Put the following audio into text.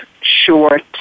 short